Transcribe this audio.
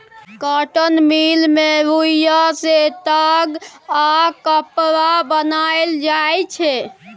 cotton mill मे रुइया सँ ताग आ कपड़ा बनाएल जाइ छै